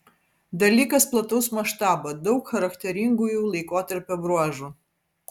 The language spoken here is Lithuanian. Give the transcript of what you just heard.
dalykas plataus maštabo daug charakteringųjų laikotarpio bruožų